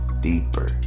deeper